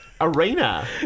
Arena